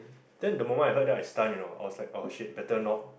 then the moment I heard I stunt you know I was like oh shit better not